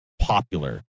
popular